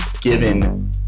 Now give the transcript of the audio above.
given